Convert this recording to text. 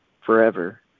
forever